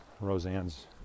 Roseanne's